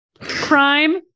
Crime